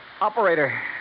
Operator